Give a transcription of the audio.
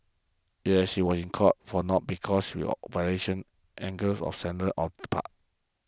yes was in court for not because real act of surrender on the part